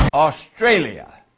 Australia